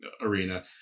arena